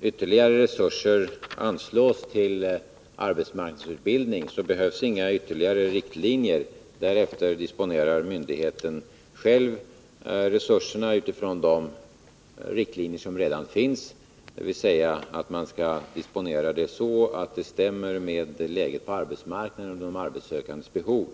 ytterligare resurser anslås till arbetsmarknadsutbildning så behövs inga ytterligare riktlinjer. Därefter disponerar myndigheten själv resurserna utifrån de riktlinjer som redan finns, dvs. man skall disponera på så sätt att det stämmer med läget på arbetsmarknaden och de sökandes behov.